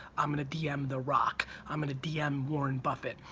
i'm gonna dm the rock, i'm gonna dm warren buffet,